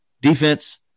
Defense